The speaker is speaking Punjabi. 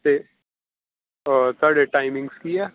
ਅਤੇ ਤੁਹਾਡੇ ਟਾਈਮਿੰਗਸ ਕੀ ਹੈ